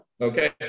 Okay